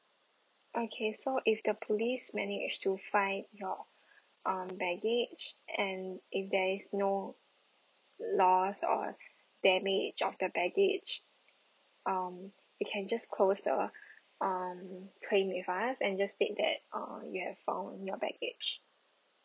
okay so if the police manage to find your um baggage and if there is no loss or damage of the baggage um you can just close the um claim with us and just state that uh you have found your baggage